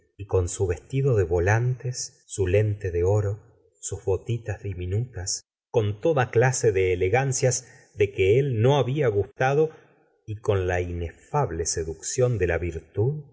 y con su vestido de volantes su lente de oro sus botitas diminutas con toda clase de elegancias de que él no habia gustado y con la inefable seducción de la virtud